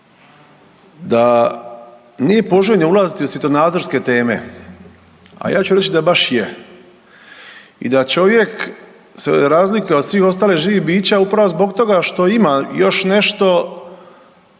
da nije poželjno ulaziti u svjetonazorske teme, a ja ću reći da baš je i da se čovjek razlikuje od svih ostalih živih bića upravo zbog toga što ima još nešto